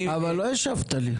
אבל לא השבת לי.